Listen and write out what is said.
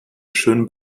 schön